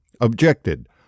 objected